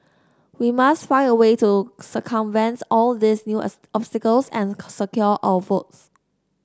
we must find a way to circumvents all these new obstacles and secure our votes